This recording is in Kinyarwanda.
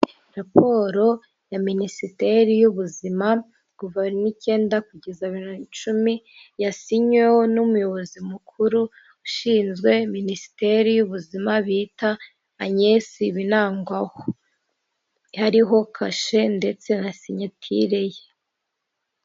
Raporo ya minisiteri y'ubuzima, kuva n'icyenda kugeza cumi yasinywe n'umuyobozi mukuru ushinzwe minisiteri y'ubuzima bita Agnes Binangwaho yariho kashe ndetse na sinyature ye.